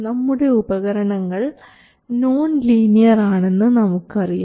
നമ്മുടെ ഉപകരണങ്ങൾ non linear ആണെന്ന് നമുക്കറിയാം